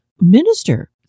minister